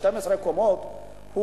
12 קומות,